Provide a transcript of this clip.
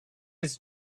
his